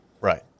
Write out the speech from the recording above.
Right